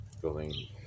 building